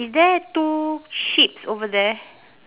is there two sheeps over there